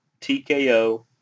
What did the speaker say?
TKO